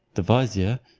the vizier.